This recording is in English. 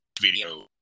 video